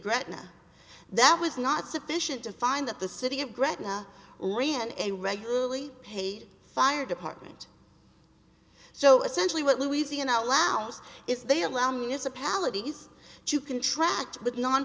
gretna that was not sufficient to find that the city of gretna ran a regularly paid fire department so essentially what louisiana allows is they allow municipalities to contract with